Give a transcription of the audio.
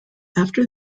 after